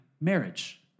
marriage